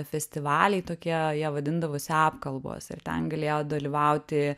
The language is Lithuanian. festivaliai tokie jie vadindavosi apkalbos ir ten galėjo dalyvauti